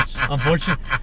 unfortunately